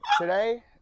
today